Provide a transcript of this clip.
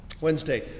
Wednesday